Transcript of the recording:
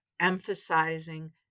emphasizing